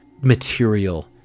material